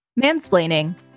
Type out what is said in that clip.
Mansplaining